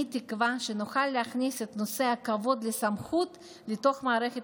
אני תקווה שנוכל להכניס את נושא הכבוד לסמכות לתוך מערכת